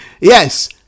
Yes